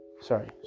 Sorry